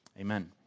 Amen